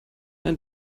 nein